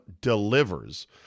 delivers